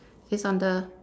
it's on the